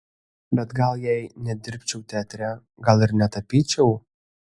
bet gal jei nedirbčiau teatre gal ir netapyčiau